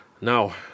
Now